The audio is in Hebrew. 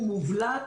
הוא מובלט.